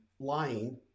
lying